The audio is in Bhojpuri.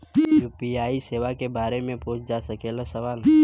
यू.पी.आई सेवा के बारे में पूछ जा सकेला सवाल?